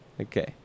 Okay